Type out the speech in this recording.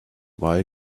why